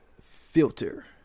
filter